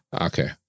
okay